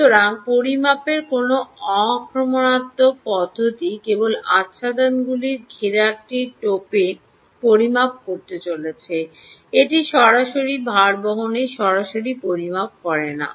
সুতরাং পরিমাপের কোনও অ আক্রমণাত্মক পদ্ধতি কেবল আচ্ছাদনগুলির ঘেরটি পরিমাপ করতে চলেছে এটি সরাসরি ভারবহনটি সরাসরি পরিমাপ করে না